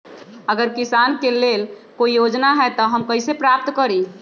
अगर किसान के लेल कोई योजना है त हम कईसे प्राप्त करी?